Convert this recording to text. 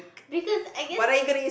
because I guess